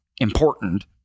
important